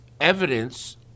evidence